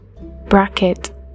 bracket